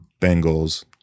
Bengals